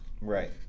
right